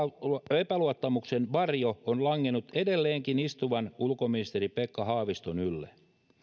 epäluottamuksen varjo on langennut edelleenkin istuvan ulkoministerin pekka haaviston ylle